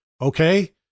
okay